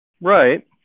right